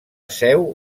seu